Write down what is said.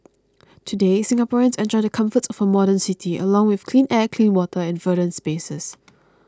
today Singaporeans enjoy the comforts for a modern city along with clean air clean water and verdant spaces